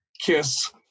Kiss